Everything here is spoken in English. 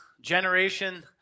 generation